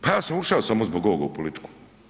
Pa ja sam uša samo zbog ovoga u politiku.